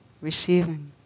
receiving